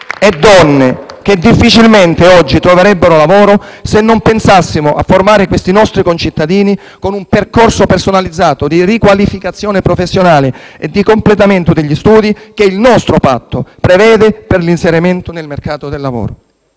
donne difficilmente oggi troverebbero lavoro se non pensassimo a formare questi nostri concittadini con un percorso personalizzato di riqualificazione professionale e di completamento degli studi che il nostro patto prevede per l'inserimento nel mercato del lavoro.